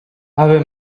ave